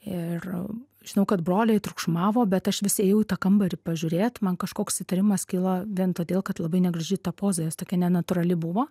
ir žinau kad broliai triukšmavo bet aš vis ėjau į tą kambarį pažiūrėt man kažkoks įtarimas kilo vien todėl kad labai negraži ta poza jos tokia nenatūrali buvo